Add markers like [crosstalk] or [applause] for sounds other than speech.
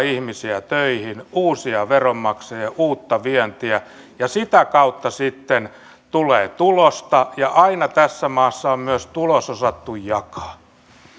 [unintelligible] ihmisiä töihin uusia veronmaksajia ja uutta vientiä sitä kautta sitten tulee tulosta ja aina tässä maassa on myös tulos osattu jakaa